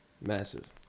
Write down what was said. Massive